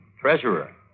treasurer